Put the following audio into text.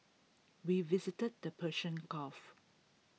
we visited the Persian gulf